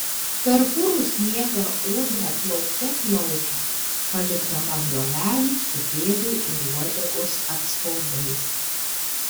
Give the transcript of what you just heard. per purų sniegą ūdra plaukte plaukia palikdama griovelį su pėdų ir uodegos atspaudais